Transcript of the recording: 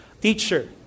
teacher